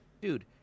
dude –